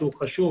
שהוא חשוב